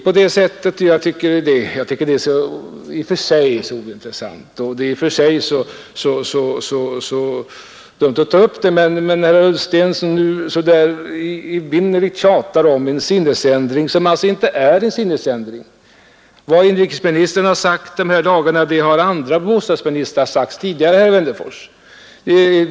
I och för sig tycker jag detta är ointressant och det är kanske dumt att ta upp det, men jag gör det när herr Ullsten evinnerligen tjatar om en sinnesändring som inte är en sinnesändring. Vad inrikesministern sagt i denna debatt har andra bostadsministrar sagt tidigare, herr Wennerfors.